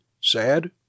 sad